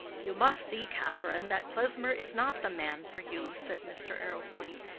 you must see, catherine, that klesmer is not the man for you, said mr. arrowpoint.